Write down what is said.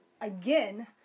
again